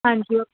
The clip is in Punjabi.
ਹਾਂਜੀ